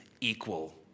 equal